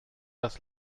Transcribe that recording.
das